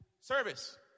service